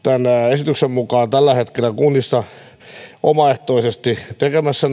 esityksen mukaan tällä hetkellä kunnissa omaehtoisesti tekemässä